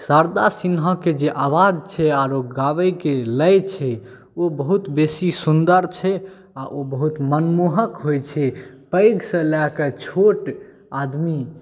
शारदा सिन्हाके जे आवाज छै आरो गाबयके लय छै ओ बहुत बेसी सुन्दर छै आ ओ बहुत मनमोहक होइत छै पैघसँ लए कऽ छोट आदमी